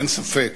אין ספק